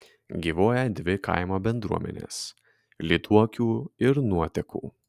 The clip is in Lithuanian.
gyvuoja dvi kaimo bendruomenės lyduokių ir nuotekų